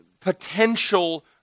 potential